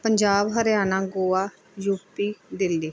Punjab Haryana Goa U P Delhi